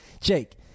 Jake